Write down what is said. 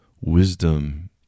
wisdom